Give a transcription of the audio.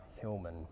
Hillman